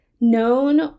known